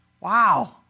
Wow